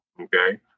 Okay